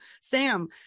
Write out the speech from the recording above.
Sam